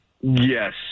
Yes